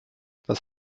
das